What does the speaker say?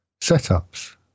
setups